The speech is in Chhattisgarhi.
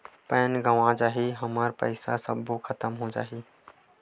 पैन गंवा जाही हमर पईसा सबो खतम हो जाही?